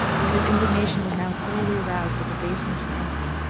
whose indignation was now thoroughly aroused at the baseness of antony,